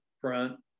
front